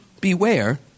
beware